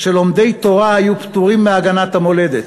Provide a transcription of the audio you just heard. שלומדי תורה היו פטורים מהגנת המולדת.